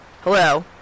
hello